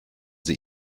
sie